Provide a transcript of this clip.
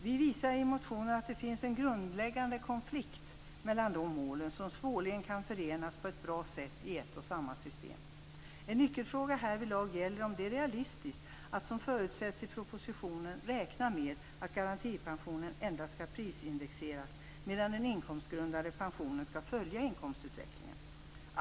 Vi visar i motionen att det finns en grundläggande konflikt mellan de målen, som svårligen kan förenas på ett bra sätt i ett och samma system. En nyckelfråga härvidlag gäller om det är realistiskt att, som förutsätts i propositionen, räkna med att garantipensionen endast skall prisindexeras medan den inkomstgrundade pensionen skall följa inkomstutvecklingen.